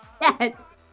Yes